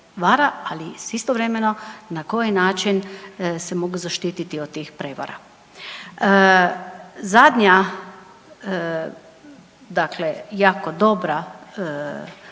ali istovremeno na koji način se mogu zaštititi od tih prevara. Zadnja jako dobra